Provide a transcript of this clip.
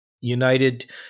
United